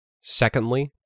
Secondly